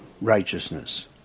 righteousness